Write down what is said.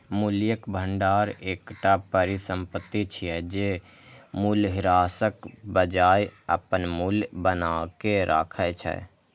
मूल्यक भंडार एकटा परिसंपत्ति छियै, जे मूल्यह्रासक बजाय अपन मूल्य बनाके राखै छै